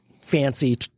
fancy